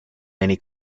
many